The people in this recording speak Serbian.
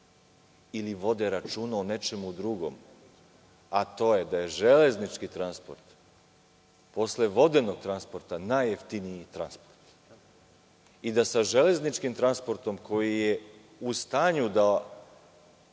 ili vode računa o nečemu drugom, a to je da je železnički transport posle vodenog transporta najjeftiniji transport i da sa železničkim transportom koji je u stanju da